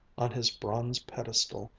on his bronze pedestal,